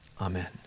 Amen